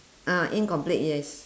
ah incomplete yes